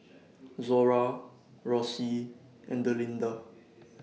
Zora Rossie and Delinda